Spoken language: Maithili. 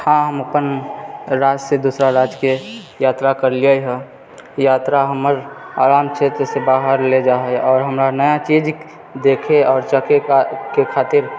हाँ हम अपन राज्य से दूसरा राज्यके यात्रा करलियै हँ यात्रा हमर आराम क्षेत्रसँ बाहर ले जाइ हय आओर हमरा ने चीज देखै आओर चखै कऽ के खातिर